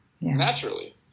naturally